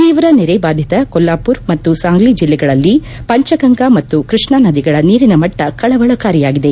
ತೀವ್ರ ನೆರೆ ಬಾಧಿತ ಕೊಲ್ಲಾಪುರ್ ಮತ್ತು ಸಾಂಗ್ಲಿ ಜಿಲ್ಲೆಗಳಲ್ಲಿ ಪಂಚಗಂಗಾ ಮತ್ತು ಕೃಷ್ಣ ನದಿಗಳ ನೀರಿನ ಮಟ್ಟ ಕಳವಳಕಾರಿಯಾಗಿದೆ